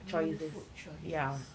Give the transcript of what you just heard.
low food choices